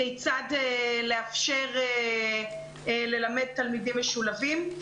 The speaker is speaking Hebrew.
כיצד לאפשר ללמד תלמידים משולבים.